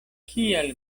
kial